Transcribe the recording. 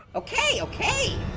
okay, okay.